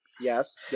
Yes